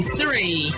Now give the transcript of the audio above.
three